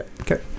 Okay